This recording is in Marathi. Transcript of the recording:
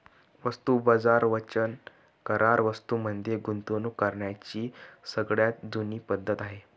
वस्तू बाजार वचन करार वस्तूं मध्ये गुंतवणूक करण्याची सगळ्यात जुनी पद्धत आहे